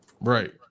Right